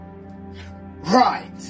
Right